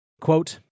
Quote